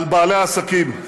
על בעלי העסקים,